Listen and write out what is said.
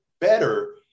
better